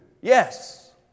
Yes